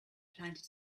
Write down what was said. planted